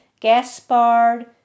Gaspard